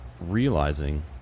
realizing